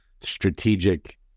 strategic